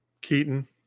keaton